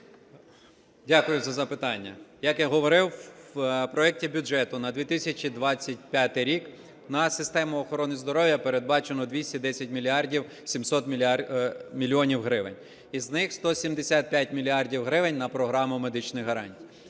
Дякую за запитання. Як я говорив, у проекті бюджету на 2025 рік на систему охорону здоров'я передбачено 210 мільярдів 700 мільйонів гривень, із них 175 мільярдів гривень на програму медичних гарантій.